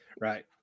right